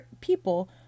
people